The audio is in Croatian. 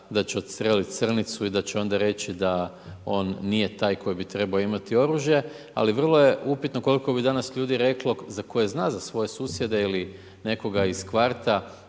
da će odstreliti srnicu i da će onda reći, da on nije taj koji bi trebao imati oružje. Ali vrlo je upitno, koliko bi danas reklo, za koje zna za svoje susjede ili nekoga iz kvarta,